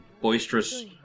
boisterous